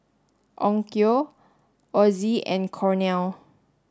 Onkyo Ozi and Cornell